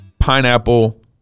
pineapple